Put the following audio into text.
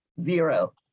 zero